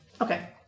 Okay